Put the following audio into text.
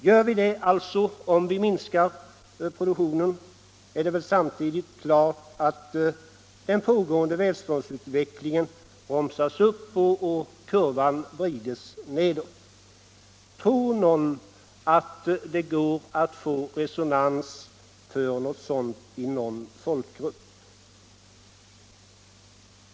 Minskar vi produktionen, är det väl samtidigt klart att den pågående välståndsutvecklingen bromsas upp och kurvan vrides nedåt. Tror någon att det går att få resonans för något sådant i någon folkgrupp?